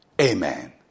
amen